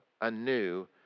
anew